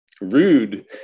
rude